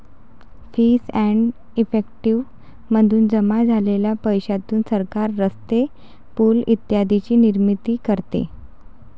fees and effective मधून जमा झालेल्या पैशातून सरकार रस्ते, पूल इत्यादींची निर्मिती करते